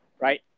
right